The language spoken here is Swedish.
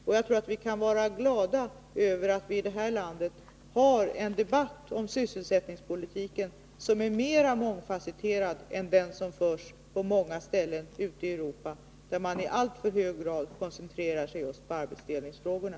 Och jag tror att vi kan vara glada över att vi i det här landet har en debatt om sysselsättningspolitiken som är mer mångfasetterad än den som förs på många ställen ute i Europa, där man i alltför hög grad koncentrerar sig på just arbetsdelningsfrågorna.